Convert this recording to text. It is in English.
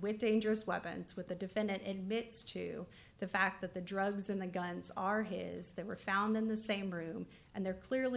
with dangerous weapons with the defendant admits to the fact that the drugs than the guns are his that were found in the same room and they're clearly